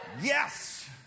Yes